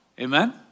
Amen